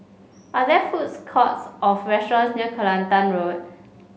are there foods courts of restaurants near Kelantan Road